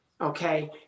okay